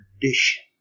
condition